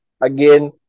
Again